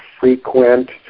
frequent